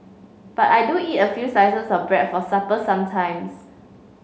but I do eat a few slices of bread for supper sometimes